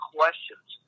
questions